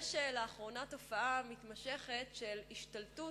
יש לאחרונה תופעה מתמשכת של השתלטות